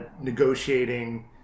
negotiating